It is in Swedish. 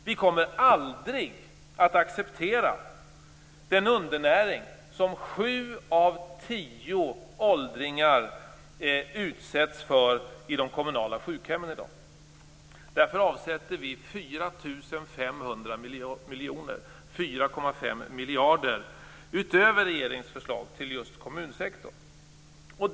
Vi kommer aldrig att acceptera den undernäring som sju av tio åldringar utsätts för på de kommunala sjukhemmen i dag. Därför avsätter vi 4 500 miljoner, dvs. 4,5 miljarder, utöver regeringens förslag till just kommunsektorn.